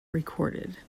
recorded